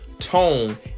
Tone